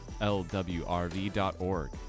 lwrv.org